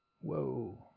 Whoa